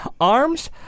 Arms